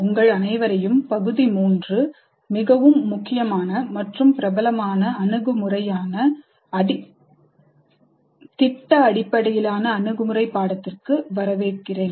உங்கள் அனைவரையும் பகுதி 3 அலகு 11 மிகவும் முக்கியமான மற்றும் பிரபலமான அணுகுமுறையான திட்ட அடிப்படையிலான அணுகுமுறை பாடத்திற்கு வரவேற்கிறேன்